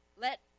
Let